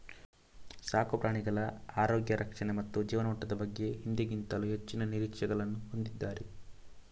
ಸಾಕು ಪ್ರಾಣಿಗಳ ಆರೋಗ್ಯ ರಕ್ಷಣೆ ಮತ್ತು ಜೀವನಮಟ್ಟದ ಬಗ್ಗೆ ಹಿಂದೆಂದಿಗಿಂತಲೂ ಹೆಚ್ಚಿನ ನಿರೀಕ್ಷೆಗಳನ್ನು ಹೊಂದಿದ್ದಾರೆ